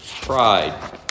pride